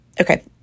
Okay